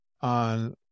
on